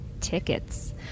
tickets